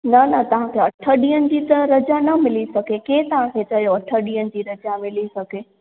न न तव्हांखे अठ ॾींहंनि जी त रजा न मिली सघे की तव्हांखे चयो अठ ॾींहंनि जी रजा मिली सघे